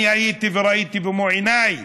אני הייתי וראיתי במו עיניי,